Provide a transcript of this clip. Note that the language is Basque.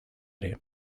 ere